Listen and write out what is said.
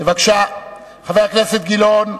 חבר הכנסת גילאון,